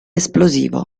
esplosivo